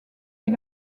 est